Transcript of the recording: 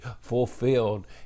fulfilled